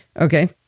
Okay